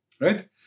right